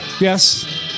Yes